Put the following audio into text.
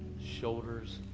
shoulders,